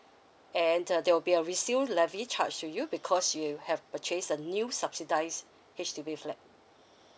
and uh there will be a resale levy charge to you because you have purchased a new subsidised H_D_B flat